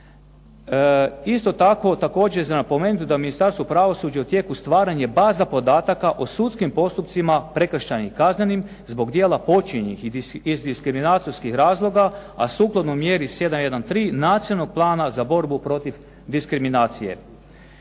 Isto tako, također je za napomenuti da je u Ministarstvu pravosuđa je u tijeku stvaranje baza podataka o sudskim postupcima prekršajnim, kaznenim zbog djela počinjenih iz diskriminacijskih razloga a sukladno mjeri 713 Nacionalnog plana za borbu protiv diskriminacije.